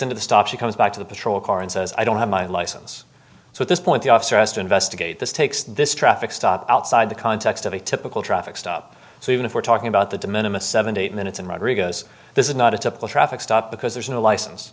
into the stop she comes back to the patrol car and says i don't have my license so at this point the officer asked to investigate this takes this traffic stop outside the context of a typical traffic stop so even if we're talking about the de minimus seventy eight minutes and rodriguez this is not a typical traffic stop because there's no license